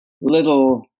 little